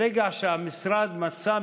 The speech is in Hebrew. ברגע שהמשרד מצא,